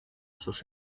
sus